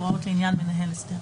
הוראות לעניין מנהל הסדר.